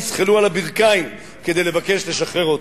יזחלו על הברכיים כדי לבקש לשחרר אותו,